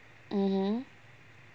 mmhmm